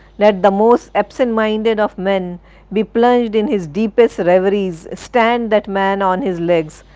let the most absent-minded of men be plunged in his deepest reveriesostand that man on his legs,